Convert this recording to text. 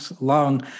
long